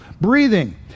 breathing